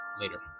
later